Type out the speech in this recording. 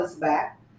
back